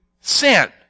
sin